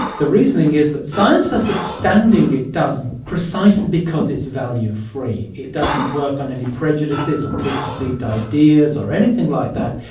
the reasoning is that science has the standing it does precisely because it's value-free, it doesn't work on any prejudices or preconceived ideas, or anything like that,